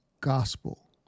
gospel